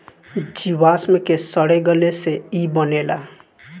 जीवाश्म के सड़े गले से ई बनेला